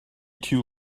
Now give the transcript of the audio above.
too